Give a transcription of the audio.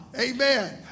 Amen